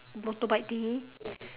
motorbike thingy